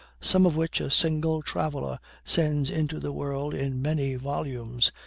some of which a single traveler sends into the world in many volumes,